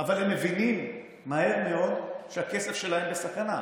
אבל הם מבינים מהר מאוד שהכסף שלהם בסכנה.